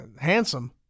handsome